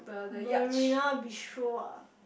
Marina-Bistro ah